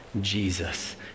Jesus